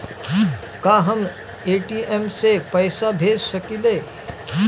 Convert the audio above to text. का हम ए.टी.एम से पइसा भेज सकी ले?